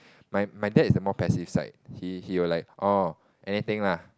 my my dad is the more passive side he he will like orh anything lah